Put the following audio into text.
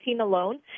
alone